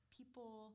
people